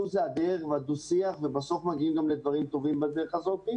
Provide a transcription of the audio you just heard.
הוא --- ודו שיח ובסוף מגיעים גם לדברים טובים בדרך הזאת.